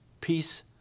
peace